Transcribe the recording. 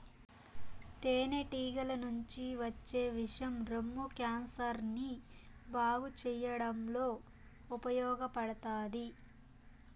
తేనె టీగల నుంచి వచ్చే విషం రొమ్ము క్యాన్సర్ ని బాగు చేయడంలో ఉపయోగపడతాది